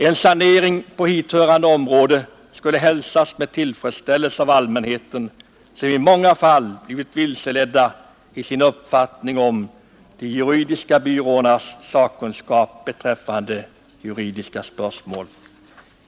En sanering på hithörande område skulle hälsas med tillfredsställelse av allmänheten, som i många fall blivit vilseledd i sin uppfattning om de juridiska byråernas sakkunskap beträffande juridiska spörsmål.